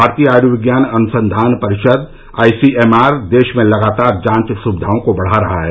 भारतीय आयुर्विज्ञान अनुसंधान परिषद आई सी एम आर देश में लगातार जांच सुविधाओं को बढ़ा रहा है